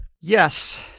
Yes